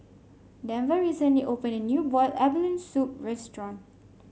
Denver recently opened a new Boiled Abalone Soup restaurant